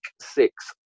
six